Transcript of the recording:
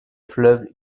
fleuve